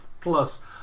plus